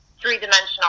three-dimensional